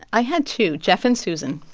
i had two, jeff and susan